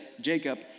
Jacob